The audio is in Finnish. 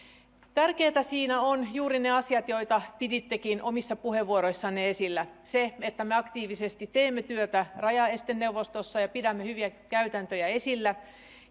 tärkeää siinä ovat juuri ne asiat joita pidittekin omissa puheenvuoroissanne esillä se että me aktiivisesti teemme työtä rajaesteneuvostossa ja pidämme hyviä käytäntöjä esillä